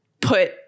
put